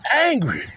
angry